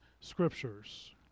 scriptures